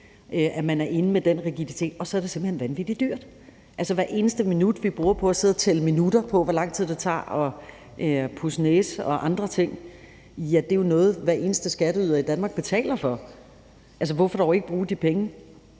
at man er inde med den rigiditet, og så er det simpelt hen vanvittig dyrt. Hvert eneste minut vi bruger på at sidde og tælle minutter på, hvor lang tid det tager at pudse næse og andre ting, er noget, hver eneste skatteyder i Danmark betaler for. Hvorfor dog ikke bruge de penge